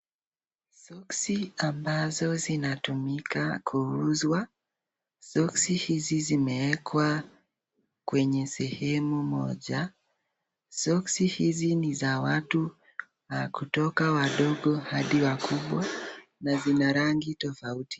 Soksi ambazo zinatumiwa kuuzwa soksi hizi zimewekwa kwenye sehemu moja. Soksi hizi ni za watu ya kutoka wadogo hadi wakubwa na zina rangi tofauti.